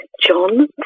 John